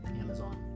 Amazon